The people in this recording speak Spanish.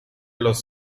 los